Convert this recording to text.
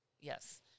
Yes